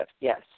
Yes